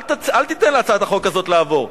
אל תיתן להצעת החוק הזאת לעבור,